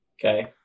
Okay